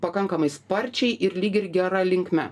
pakankamai sparčiai ir lyg ir gera linkme